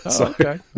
okay